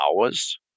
hours